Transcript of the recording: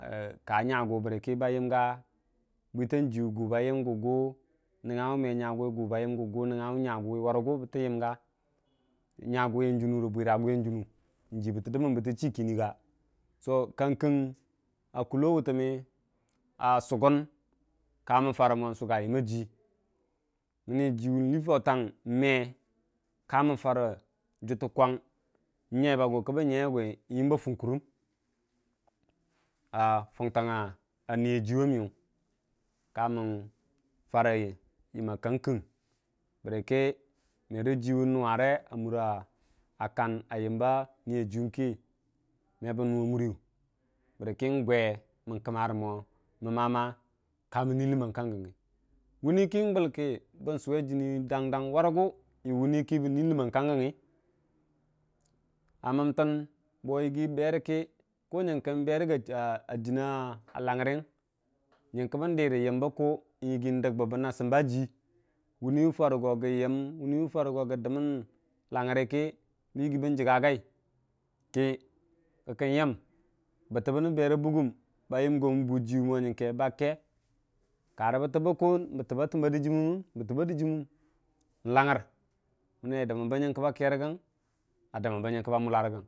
ka nyagʊ bərəkə ba yəm ga bwutanjiyʊ gu ba yəm gu nənga wu nyagumi gʊ bo yəm gu guu nənyami me nyagumi bəttə yəmga nyaguwiyan junu rə bwiraguwiyən junu nji bətə chi kinin ga? kulo wutəmmə a sugən kamən farə mong suga yəmma jii məni jiluʊu lii fautang me juttə kwong nyalba gukə bən nyai a gwe yəm ba junkurəm a fung janguya niya jiwuwa muyu ka mən farə yəm a kang kin bərəkə meri jiwun nuware a kan a yəmba niyajiwuwe ki mebən nuwa murəyu bərəkə gwe mən kəmmarə mong məmmama kamən niləmmang kan gəngi wuni ngulki bən suwe jini dang dang warugu yi wuniki bən nu ləmmang kan gəngi a məntən yigi bo berəki kunyinki nberəga jina lagərəyən nyənki bən di rə yəmbə in ndər bəmən a simba jii wuniluu farə go gəyəm wuniluu farə go gə dəmən lagərəkə bən yigi bən jəgga gai kə kəkən yəm bəttəbə berabugən ba yəm go mən buu jiwu mong uyənkə ba ke karə bəttəbə ku bəttəba təmba dɨjjiminəm ngalagər məni a dəmmən nyənkə ba kegərən a dəmmənbə nyəng kə ba mullarəgəng.